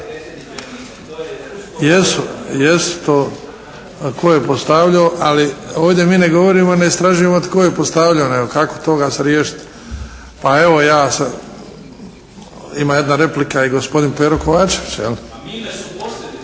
Pa mine su posljedica